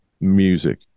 music